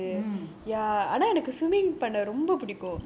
mm